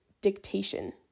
dictation